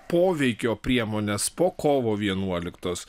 poveikio priemones po kovo vienuoliktos